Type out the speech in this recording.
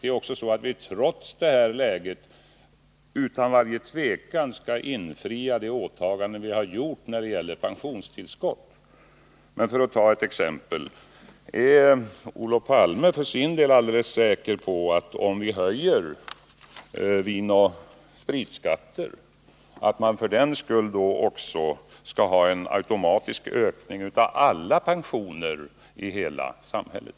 Det är också så att vi trots detta kärva ekonomiska läge utan varje tvivel skall infria de åtaganden vi gjort när det gäller pensionstillskott. Men för att ta ett exempel: Är Olof Palme för sin del alldeles säker på att om vi höjer vinoch spritskatter skall vi också ha en automatisk ökning av alla pensioner i hela samhället?